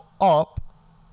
up